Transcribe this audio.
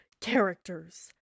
characters